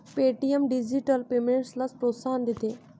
Paytm digital पेमेंट्सला प्रोत्साहन देते